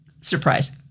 surprise